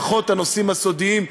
פחות הנושאים הסודיים,